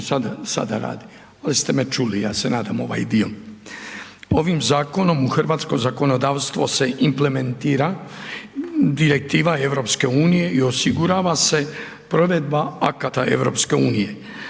sada radi. Ali ste me čuli ja se nadam ovaj dio. Ovim zakonom u hrvatsko zakonodavstvo se implementira direktiva EU i osigurava se provedba akata EU.